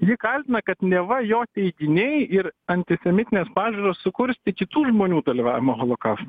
jį kaltina kad neva jo teiginiai ir antisemitinės pažiūros sukurstė kitų žmonių dalyvavimą holokaus